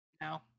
No